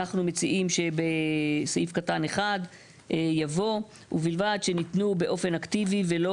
אנחנו מציעים שבסעיף קטן יבוא "ובלבד שניתנו באופן אקטיבי ולא